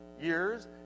years